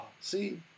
see